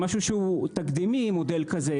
שזה משהו שהוא תקדימי מודל כזה,